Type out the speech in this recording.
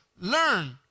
learn